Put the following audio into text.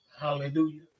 hallelujah